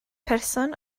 person